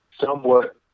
somewhat